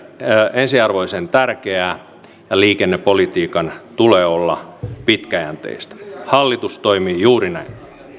ensiarvoisen tärkeää ja liikennepolitiikan tulee olla pitkäjänteistä hallitus toimii juuri näin